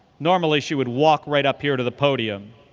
normally, she would walk right up here to the podium.